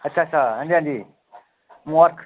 अच्छा अच्छा हांजी हांजी मबारखां